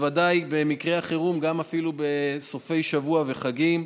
בוודאי במקרי החירום, אפילו בסופי שבוע ובחגים.